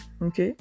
ok